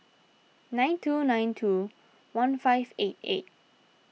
nine two nine two one five eight eight